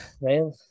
Man